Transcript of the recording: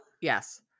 Yes